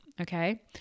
Okay